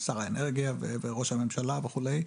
שר האנרגיה וראש הממשלה וכולי,